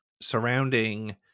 surrounding